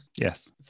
Yes